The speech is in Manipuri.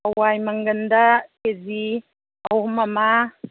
ꯍꯋꯥꯏ ꯃꯪꯒꯟꯗ ꯀꯦ ꯖꯤ ꯑꯍꯨꯝ ꯑꯃ